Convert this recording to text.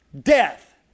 Death